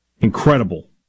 incredible